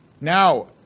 Now